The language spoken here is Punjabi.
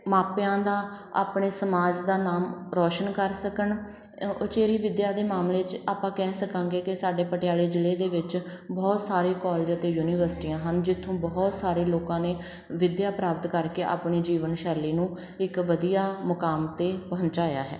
ਮਾਪਿਆਂ ਦਾ ਆਪਣੇ ਸਮਾਜ ਦਾ ਨਾਮ ਰੌਸ਼ਨ ਕਰ ਸਕਣ ਉਚੇਰੀ ਵਿੱਦਿਆ ਦੇ ਮਾਮਲੇ 'ਚ ਆਪਾਂ ਕਹਿ ਸਕਾਂਗੇ ਕਿ ਸਾਡੇ ਪਟਿਆਲੇ ਜ਼ਿਲ੍ਹੇ ਦੇ ਵਿੱਚ ਬਹੁਤ ਸਾਰੇ ਕੋਲਜ ਅਤੇ ਯੂਨੀਵਰਸਿਟੀਆਂ ਹਨ ਜਿੱਥੋਂ ਬਹੁਤ ਸਾਰੇ ਲੋਕਾਂ ਨੇ ਵਿੱਦਿਆ ਪ੍ਰਾਪਤ ਕਰਕੇ ਆਪਣੇ ਜੀਵਨ ਸ਼ੈਲੀ ਨੂੰ ਇੱਕ ਵਧੀਆ ਮੁਕਾਮ 'ਤੇ ਪਹੁੰਚਾਇਆ ਹੈ